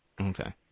Okay